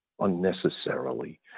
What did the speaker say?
unnecessarily